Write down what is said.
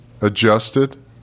adjusted